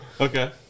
Okay